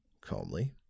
calmly